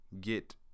get